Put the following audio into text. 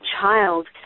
child